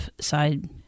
side